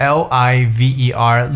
liver